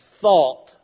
thought